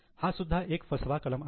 हा सुद्धा एक फसवा कलम आहे